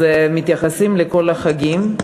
מתייחסים לכל החגים.